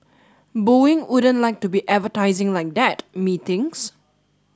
Boeing wouldn't like to be advertising like that methinks